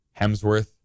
Hemsworth